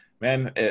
man